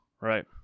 right